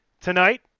Tonight